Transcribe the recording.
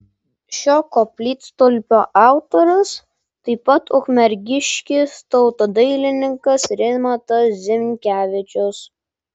šio koplytstulpio autorius taip pat ukmergiškis tautodailininkas rimantas zinkevičius